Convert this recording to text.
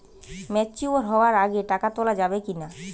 Mature হওয়ার আগে টাকা তোলা যাবে কিনা?